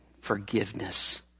forgiveness